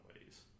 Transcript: ways